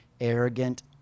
arrogant